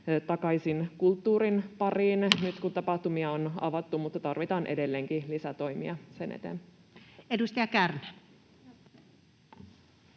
takaisin kulttuurin pariin nyt, kun tapahtumia on avattu, mutta tarvitaan edelleenkin lisätoimia sen eteen. [Speech 70]